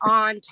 on